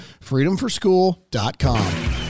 freedomforschool.com